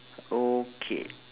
okay